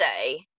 say